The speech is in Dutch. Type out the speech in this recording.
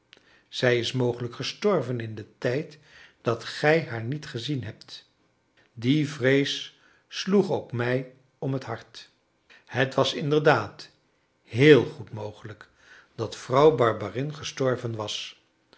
zij is mogelijk gestorven in den tijd dat gij haar niet gezien hebt die vrees sloeg ook mij om t hart het was inderdaad heel goed mogelijk dat vrouw barberin gestorven was